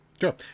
Sure